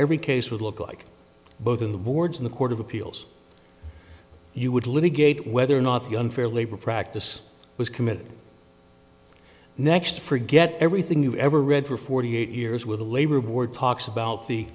every case would look like both in the boards in the court of appeals you would litigate whether or not the unfair labor practice was committed next forget everything you've ever read for forty eight years with the labor board talks about the